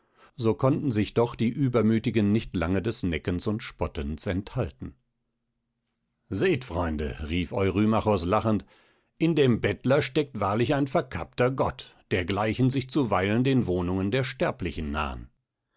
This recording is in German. so konnten sich doch die übermütigen nicht lange des neckens und spottens enthalten seht freunde rief eurymachos lachend in dem bettler steckt wahrlich ein verkappter gott dergleichen sich zuweilen den wohnungen der sterblichen nahen